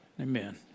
Amen